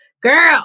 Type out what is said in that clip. girl